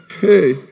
hey